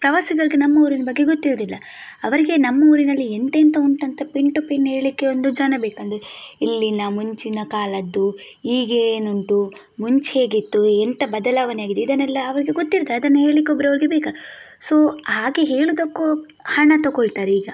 ಪ್ರವಾಸಿಗರಿಗೆ ನಮ್ಮ ಊರಿನ ಬಗ್ಗೆ ಗೊತ್ತಿರುವುದಿಲ್ಲ ಅವರಿಗೆ ನಮ್ಮೂ ಊರಿನಲ್ಲಿ ಎಂತೆಂತ ಉಂಟಂತ ಪಿನ್ ಟು ಪಿನ್ ಹೇಳಲಿಕ್ಕೆ ಒಂದು ಜನ ಬೇಕಂದರೆ ಇಲ್ಲಿನ ಮುಂಚಿನ ಕಾಲದ್ದು ಈಗ ಏನುಂಟು ಮುಂಚೆ ಹೇಗಿತ್ತು ಎಂತ ಬದಲಾವಣೆಯಾಗಿದೆ ಇದನ್ನೆಲ್ಲ ಅವರಿಗೆ ಗೊತ್ತಿರುತ್ತೆ ಅದನ್ನ ಹೇಳ್ಲಿಕ್ಕೆ ಒಬ್ಬರು ಅವ್ರಿಗೆ ಬೇಕು ಸೊ ಹಾಗೆ ಹೇಳುವುದಕ್ಕೂ ಹಣ ತೆಕೊಳ್ತಾರೆ ಈಗ